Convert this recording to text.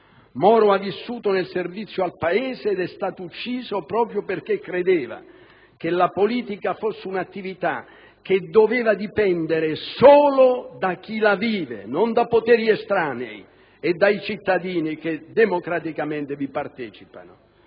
Moro ha vissuto nel servizio al Paese ed è stato ucciso proprio perché credeva che la politica fosse un'attività che doveva dipendere solo da chi la vive, non da poteri estranei e dai cittadini che democraticamente vi partecipano.